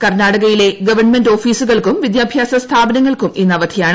കർണ്ണാടകത്തിലെ government ഓഫീസുകൾക്കും വിദ്യാഭ്യാസ സ്ഥാപനങ്ങൾക്കും ഇന്ന് അവധിയാണ്